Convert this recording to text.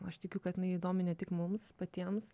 aš tikiu kad jinai įdomi ne tik mums patiems